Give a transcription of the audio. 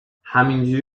همینجوری